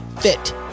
fit